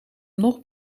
nog